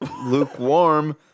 Lukewarm